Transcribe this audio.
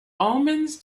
omens